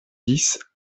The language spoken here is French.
dix